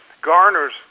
garners